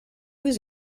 was